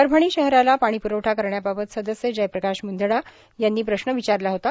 परभणी शहराला पाणी प्रवठा करण्याबाबत सदस्य जयप्रकाश मुंदडा यांनी प्रश्न विचारला होता